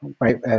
right